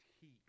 heat